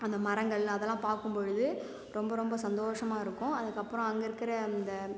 அந்த மரங்கள் அதெலாம் பார்க்கும்பொழுது ரொம்ப ரொம்ப சந்தோஷமாக இருக்கும் அதற்கப்புறம் அங்கே இருக்கிற அந்த